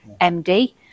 md